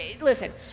listen